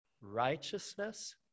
righteousness